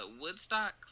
Woodstock